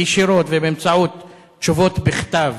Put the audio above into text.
ישירות ובאמצעות תשובות בכתב,